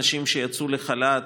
מספר האנשים שיצאו לחל"ת,